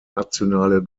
nationale